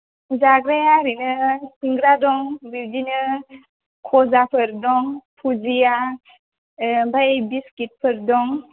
जाग्राया ओरैनो सिंग्रा दं बिदिनो गजाफोर दं फुजिया ए ओमफाय बिस्किटफोर दं